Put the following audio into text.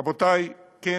רבותי, כן.